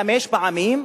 חמש פעמים?